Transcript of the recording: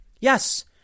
Yes